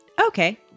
Okay